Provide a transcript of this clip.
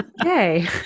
Okay